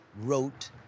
wrote